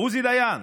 עוזי דיין,